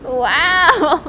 !wow!